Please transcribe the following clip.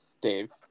Dave